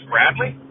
Bradley